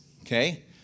okay